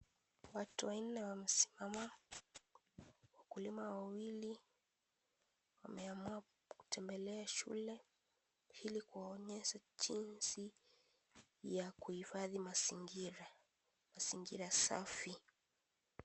Watu wanne wamesimama. Wakulima wawili wameamua kutembelea shule, ili kuwaonyesha jinsi ya kuhifadhi mazingira, mazingira safi.